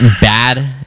bad